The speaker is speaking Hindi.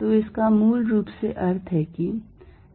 तो इसका मूल रूप से अर्थ है कि